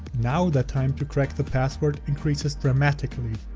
now the time to crack the password increases dramatically.